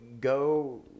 go